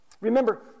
Remember